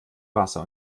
wasser